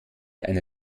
eine